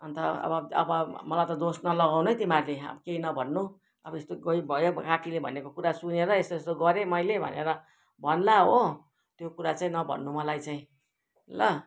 अन्त अब अब मलाई त दोष नलगाउनु है तिमीहरूले केही नभन्नु अब यस्तो गई भयो काकीले भनेको कुरा सुनेर यस्तो यस्तो गरेँ मैले भनेर भन्ला हो त्यो कुरा चाहिँ नभन्नु मलाई चाहिँ ल